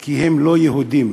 כי הם לא יהודים.